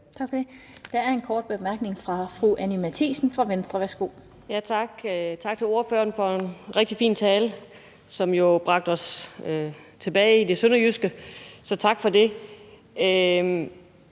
Tak for det. Der er en kort bemærkning fra fru Anni Matthiesen fra Venstre. Værsgo. Kl. 19:25 Anni Matthiesen (V): Tak, og tak til ordføreren for en rigtig fin tale, som jo bragte os tilbage i det sønderjyske, så tak for det.